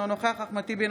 אינו נוכח אחמד טיבי,